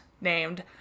named